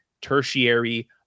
tertiary